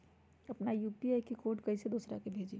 अपना यू.पी.आई के कोड कईसे दूसरा के भेजी?